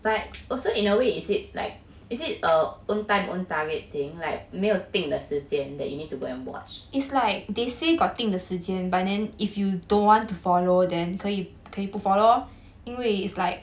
but also in a way is it like is it uh own time own target thing like 没有定的时间 that you need to go and watch